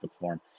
form